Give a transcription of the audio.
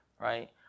right